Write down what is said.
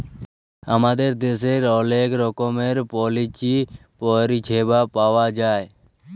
আমাদের দ্যাশের অলেক রকমের পলিচি পরিছেবা পাউয়া যায়